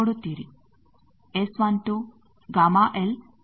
ಈಗ loop L ಎಲ್ಲಿದೆ